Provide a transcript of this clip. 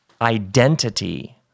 identity